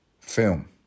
Film